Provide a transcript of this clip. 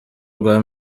rwa